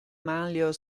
manlio